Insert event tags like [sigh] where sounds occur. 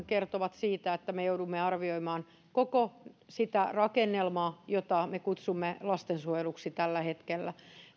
[unintelligible] kertovat siitä että me joudumme arvioimaan koko sitä rakennelmaa jota me kutsumme lastensuojeluksi tällä hetkellä